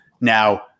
Now